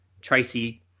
Tracy